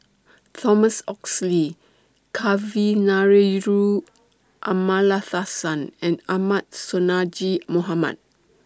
Thomas Oxley Kavignareru Amallathasan and Ahmad Sonhadji Mohamad